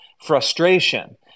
frustration